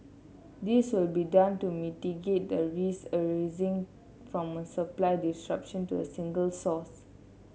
this will be done to mitigate the risk arising from a supply disruption to a single source